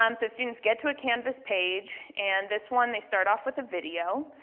um so students get to a canvas page. and this one, they start off with a video.